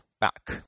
back